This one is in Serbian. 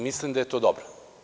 Mislim da je to dobro.